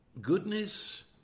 goodness